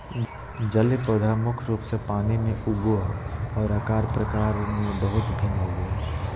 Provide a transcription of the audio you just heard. जलीय पौधा मुख्य रूप से पानी में उगो हइ, और आकार प्रकार में बहुत भिन्न होबो हइ